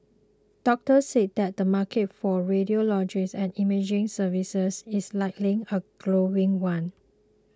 doctors say that the market for radiology and imaging services is likely a growing one